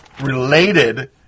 related